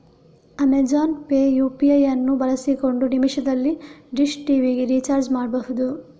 Amazon Pay UPI ಅನ್ನು ಬಳಸಿಕೊಂಡು ನಿಮಿಷದಲ್ಲಿ ಡಿಶ್ ಟಿವಿ ರಿಚಾರ್ಜ್ ಮಾಡ್ಬಹುದು